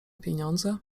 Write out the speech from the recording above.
pieniądze